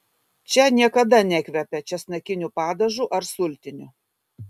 čia niekada nekvepia česnakiniu padažu ar sultiniu